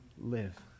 live